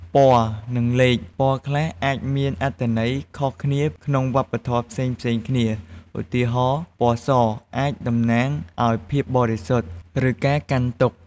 ពណ៌ និងលេខ ពណ៌ខ្លះអាចមានអត្ថន័យខុសគ្នាក្នុងវប្បធម៌ផ្សេងៗគ្នា ឧទាហរណ៍ ពណ៌សអាចតំណាងឱ្យភាពបរិសុទ្ធ ឬការកាន់ទុក្ខ។